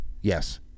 Yes